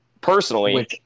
Personally